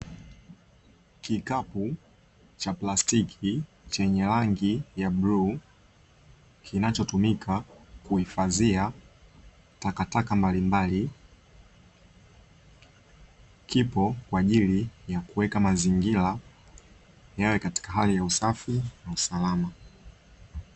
Kikapu cha plastiki chenye rangi ya bluu kinachotumika kuhifadhia takataka mbalimbali, kipo kwaajili ya kuweka mazingira yawe katika hali ya usafi na salama.